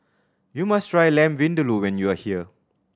you must try Lamb Vindaloo when you are here